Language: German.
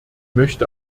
möchte